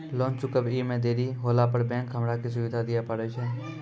Loan चुकब इ मे देरी होला पर बैंक हमरा की सुविधा दिये पारे छै?